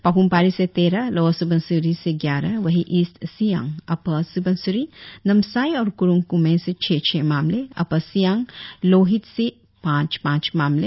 पापुम पारे से तेरह लोअर सुबनसिरी से ग्यारह वहीं ईस्ट सियांग अपर सुबनसिरी नामसाई और कुरुंग कुमे से छह छह मामले अपर सियांग लोहित से पांच पांच मामले